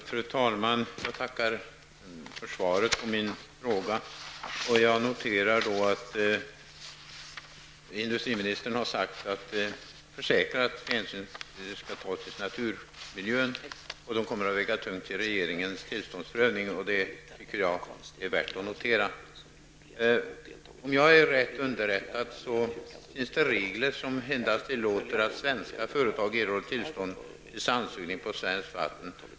Fru talman! Jag tackar för svaret på min fråga. Jag noterar att industriministern försäkrar att hänsyn skall tas till naturmiljön och att den kommer att väga tungt vid regeringens tillståndsprövning. Det tycker jag är värt att notera. Om jag är rätt underrättad finns det regler som tillåter att endast svenska företag erhåller tillstånd till sandsugning på svenskt vatten.